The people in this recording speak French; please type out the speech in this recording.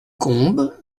combes